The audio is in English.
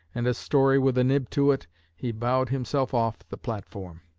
and a story with a nib to it he bowed himself off the platform.